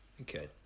okay